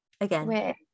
again